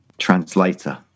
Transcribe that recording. translator